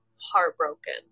heartbroken